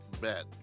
Bet